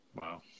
Wow